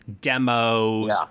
demos